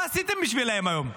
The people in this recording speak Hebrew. מה עשיתם בשבילם היום?